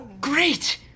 great